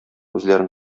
үзләрен